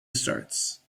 starts